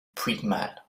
puigmal